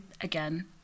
again